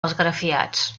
esgrafiats